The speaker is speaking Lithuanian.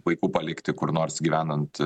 vaikų palikti kur nors gyvenant